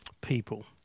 people